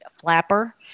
flapper